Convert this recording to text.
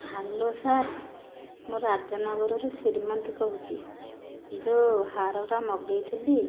hello sir ମୁଁ ରାଜନଗରରୁ ଶ୍ରୀମତୀ କହୁଛି ଯେଉଁ ହାରଟା ମଗାଇଥିଲି